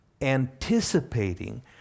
anticipating